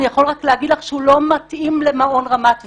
אני יכול רק להגיד לך שהוא לא מתאים למעון רמת טבריה.